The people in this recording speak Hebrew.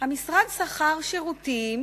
המשרד שכר שירותים